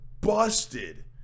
busted